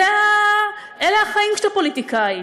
אלה החיים כשאתה פוליטיקאי.